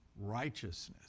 righteousness